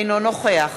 אינו נוכח